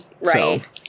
right